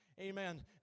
amen